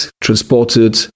transported